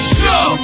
show